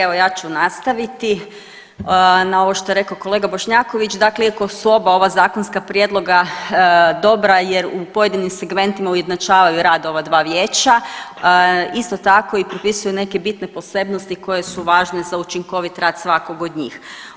Evo ja ću nastaviti na ovo što je rekao kolega Bošnjaković, dakle iako su oba ova zakonska prijedloga dobra jer u pojedinim segmentima ujednačavaju rad ova dva vijeća, isto tako i propisuje neke bitne posebnosti koje su važne za učinkovit rad svakog od njih.